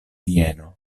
vieno